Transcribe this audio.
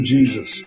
Jesus